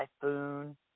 typhoon